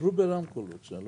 דברו ברמקול, בבקשה.